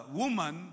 woman